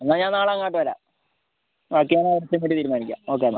എന്നാൽ ഞാൻ നാളെ അങ്ങോട്ട് വരാം ബാക്കി എന്നാൽ അവിടെ എത്തിയിട്ട് തീരുമാനിക്കാം ഓക്കെ എന്നാൽ